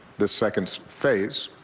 the second phase.